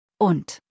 Und